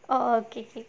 oh okay okay